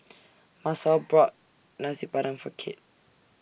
Masao brought Nasi Padang For Kit